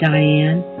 Diane